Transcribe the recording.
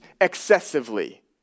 excessively